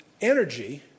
energy